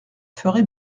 ferai